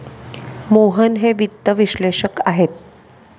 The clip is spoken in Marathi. मोहन हे वित्त विश्लेषक आहेत